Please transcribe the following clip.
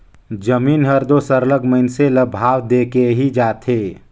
जमीन हर दो सरलग मइनसे ल भाव देके ही जाथे